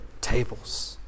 tables